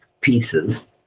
pieces